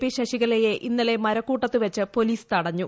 P ശശികലയെ ഇന്നലെ മരക്കൂട്ടത്തു വച്ച് പോലീസ് തടഞ്ഞു